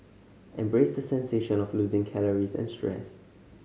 embrace the sensation of losing calories and stress